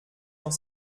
dans